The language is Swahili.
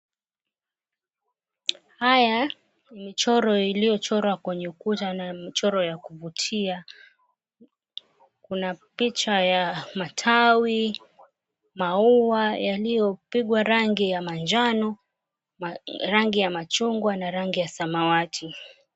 Haya ni michoro iliyochorwa kwenye ukuta na michoro ya kuvutia. Kuna picha ya matawi, maua yaliyopigwa rangi ya manjano, rangi ya machungwa na rangi ya samawati.